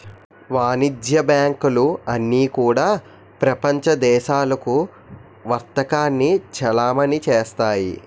వాణిజ్య బ్యాంకులు అన్నీ కూడా ప్రపంచ దేశాలకు వర్తకాన్ని చలామణి చేస్తాయి